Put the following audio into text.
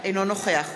אינו נוכח